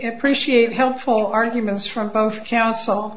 appreciate helpful arguments from both counsel